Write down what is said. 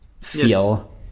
feel